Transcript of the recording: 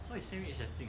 so it's a relationship